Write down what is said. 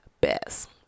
best